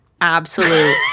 absolute